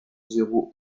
zéro